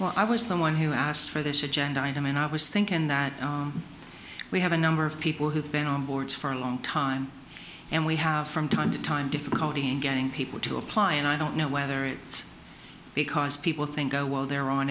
well i was the one who asked for this agenda item and i was thinking that we have a number of people who've been on boards for a long time and we have from time to time difficulty in getting people to apply and i don't know whether it's because people think oh well they're on